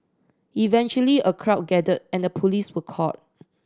eventually a crowd gathered and the police were called